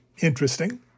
Interesting